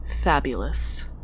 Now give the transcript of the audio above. Fabulous